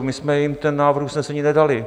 My jsme jim ten návrh usnesení nedali.